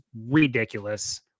ridiculous